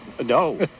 No